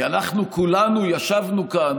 כי אנחנו כולנו ישבנו כאן